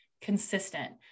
consistent